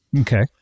Okay